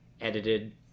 edited